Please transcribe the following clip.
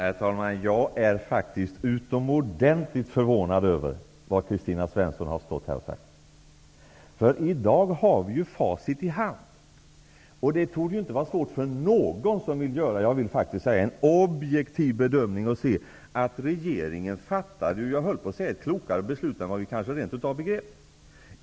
Herr talman! Jag är faktiskt utomordentligt förvånad över vad Kristina Svensson står här och säger. I dag har vi facit i hand. Det torde inte vara svårt för någon som vill göra en objektiv bedömning att se att regeringen fattade ett klokare beslut än vad vi kanske rent utav begrep.